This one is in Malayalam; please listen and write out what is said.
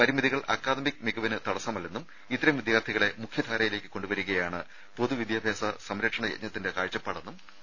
പരിമിതികൾ അക്കാദമിക് മികവിന് തടസ്സമല്ലെന്നും ഇത്തരം വിദ്യാർത്ഥികളെ മുഖ്യധാരയിലേയ്ക്ക് കൊണ്ടുവരികയാണ് പൊതു വിദ്യാഭ്യാസ സംരക്ഷണ യജ്ഞത്തിന്റെ കാഴ്ചപ്പാടെന്നും മന്ത്രി പറഞ്ഞു